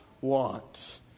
want